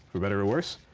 for better or worse.